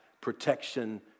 protection